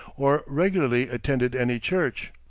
or regularly attended any church.